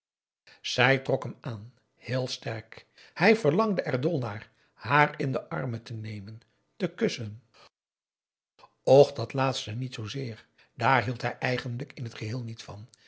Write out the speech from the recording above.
zij trok hem aan heel sterk hij verlangde er dol naar haar in de armen te nemen te kussen och dat laatste niet zoozeer daar hield hij eigenlijk in t geheel niet van